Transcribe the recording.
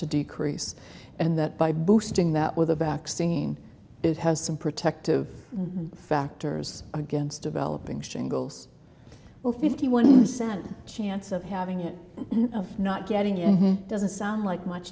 to decrease and that by boosting that with a vaccine that has some protective factors against developing shingles well fifty one percent chance of having it not getting in doesn't sound like much